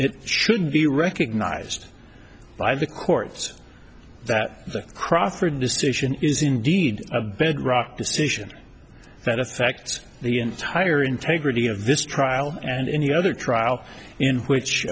it should be recognized by the courts that the crawford decision is indeed a bedrock decision that affects the entire integrity of this trial and any other trial in which